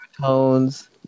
tones